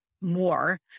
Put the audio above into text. more